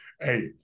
hey